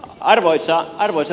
arvoisa puhemies